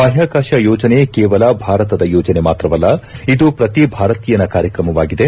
ಬಾಹ್ಗಾಕಾಶ ಯೋಜನೆ ಕೇವಲ ಭಾರತದ ಯೋಜನೆ ಮಾತ್ರವಲ್ಲ ಇದು ಪ್ರತಿ ಭಾರತೀಯನ ಕಾರ್ಯಕ್ರಮವಾಗಿದೆ